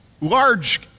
large